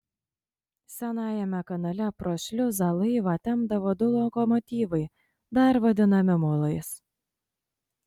senajame kanale pro šliuzą laivą tempdavo du lokomotyvai dar vadinami mulais